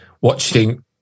Watching